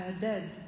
dead